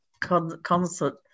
concert